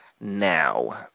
now